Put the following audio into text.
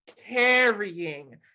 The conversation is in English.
carrying